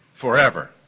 forever